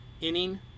inning